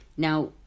Now